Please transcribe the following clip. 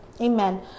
amen